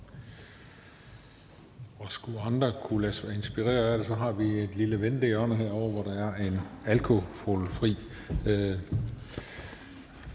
Skulle andre lade sig inspirere af det, så har vi et lille ventehjørne herovre, hvor der er en alkoholfri